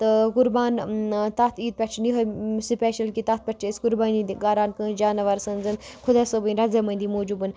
تہٕ قُربان تَتھ عیٖدِ پٮ۪ٹھ چھُ یِہٕے سٕپیشَل کہِ تَتھ پٮ۪ٹھ چھِ أسۍ قُربٲنی تہِ کَران کٲنٛسہِ جانوَر سٕنٛز خۄدا صٲبٕنۍ رضامٔندی موٗجوٗب